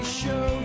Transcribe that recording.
show